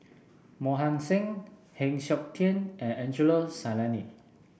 Mohan Singh Heng Siok Tian and Angelo Sanelli